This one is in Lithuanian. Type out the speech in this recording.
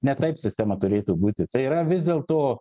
ne taip sistema turėtų būtitai yra vis dėl to